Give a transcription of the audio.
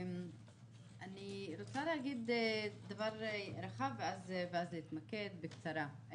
אני רוצה להגיד דבר אחד ואז להתמקד בקצרה: